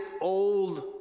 old